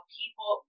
people